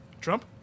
Trump